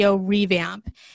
revamp